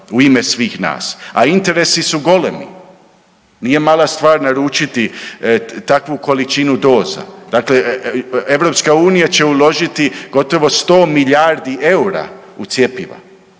U ime svih nas. A interesi su golemi. Nije mala stvar naručiti takvu količinu doza. Dakle, EU će uložiti gotovo 100 milijardi eura u cjepiva.